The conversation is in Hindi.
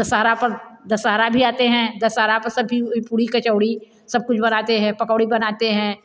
दशहरा पर दशहरा भी आते है दशहरा पर सभी पूड़ी कचौड़ी सब कुछ बनाते हैं पकौड़ी बनाते हैं